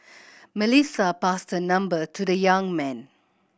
Melissa passed her number to the young man